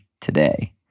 today